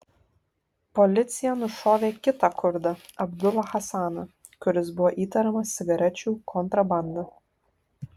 policija nušovė kitą kurdą abdulą hasaną kuris buvo įtariamas cigarečių kontrabanda